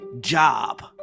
job